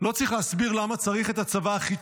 לא צריך להסביר למה צריך את הצבא הכי